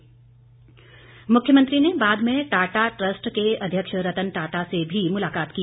जयराम मुख्यमंत्री ने बाद में टाटा ट्रस्ट के अध्यक्ष रत्न टाटा से भी मुलाकात की